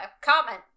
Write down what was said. Comment